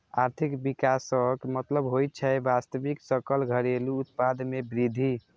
आर्थिक विकासक मतलब होइ छै वास्तविक सकल घरेलू उत्पाद मे वृद्धि